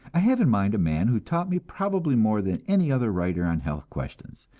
i have in mind a man who taught me probably more than any other writer on health questions,